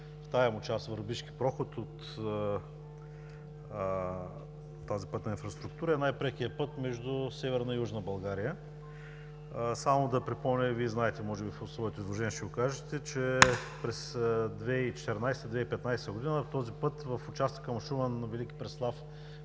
от тази пътна инфраструктура, е най-прекият път между Северна и Южна България. Само да припомня и Вие знаете, може би, в своето изложение ще го кажете, че през 2014/2015 г. този път в участъка му Шумен – Велики Преслав – Върбица,